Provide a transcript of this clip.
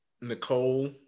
Nicole